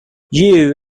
yue